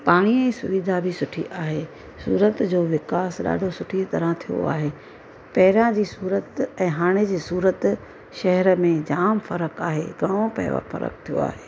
पाणीअ जी सुविधा बि सुठी आहे सूरत जो विकास ॾाढो सुठी तरह थियो आहे पहिरियां जी सूरत ऐं हाणे जी सूरत ऐं हाणे जी सूरत शहर में जामु फ़र्क़ु आहे घणो पियो आहे फ़र्क़ु थियो आहे